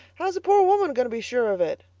how's a poor woman going to be sure of it?